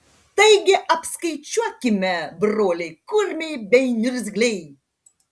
taigi apskaičiuokime broliai kurmiai bei niurzgliai